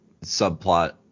subplot